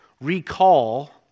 recall